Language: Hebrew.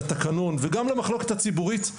לתקנון וגם למחלוקת הציבורית,